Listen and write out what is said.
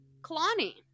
Kalani